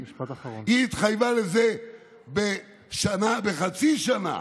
היא התחייבה לזה בחצי שנה.